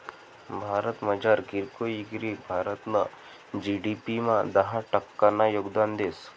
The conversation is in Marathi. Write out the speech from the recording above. भारतमझार कीरकोय इकरी भारतना जी.डी.पी मा दहा टक्कानं योगदान देस